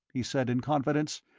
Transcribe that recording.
he said in confidence.